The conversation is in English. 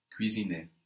cuisiner